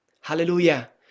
hallelujah